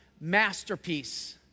masterpiece